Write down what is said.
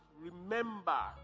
remember